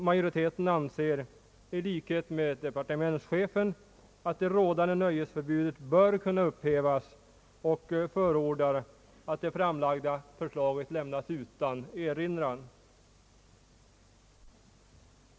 Majoriteten anser i likhet med departementschefen, att det rådande nöjesförbudet bör kunna upphävas, och förordar att det framlagda förslaget lämnas utan erinran.